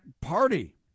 Party